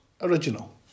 original